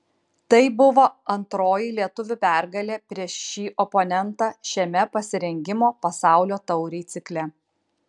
tai buvo antroji lietuvių pergalė prieš šį oponentą šiame pasirengimo pasaulio taurei cikle